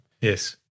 Yes